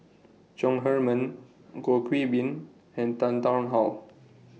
Chong Heman Goh Qiu Bin and Tan Tarn How